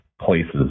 places